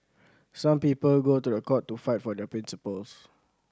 some people go to a court to fight for their principles